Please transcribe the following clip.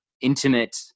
intimate